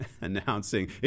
announcing